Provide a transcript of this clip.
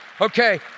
Okay